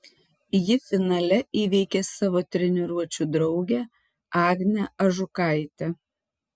ji finale įveikė savo treniruočių draugę agnę ažukaitę